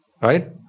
right